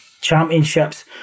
championships